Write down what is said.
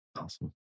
Awesome